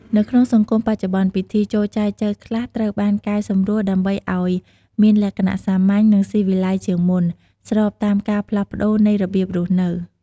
នៅក្នុងសង្គមបច្ចុប្បន្ន ពិធីចូលចែចូវខ្លះត្រូវបានកែសម្រួលដើម្បីឲ្យមានលក្ខណៈសាមញ្ញ និងស៊ីវិល័យជាងមុន ស្របតាមការផ្លាស់ប្តូរនៃរបៀបរស់នៅ។